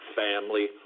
family